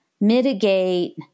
mitigate